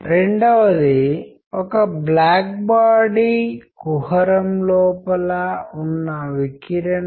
నేను ఏదైనా చేయలేకపోతే మరొకరు నా కోసం చేస్తే ఇవన్నీ చేయడం కోసం ఒకరితో ఒకరు సహకరిస్తాం